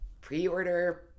pre-order